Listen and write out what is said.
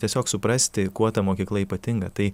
tiesiog suprasti kuo ta mokykla ypatinga tai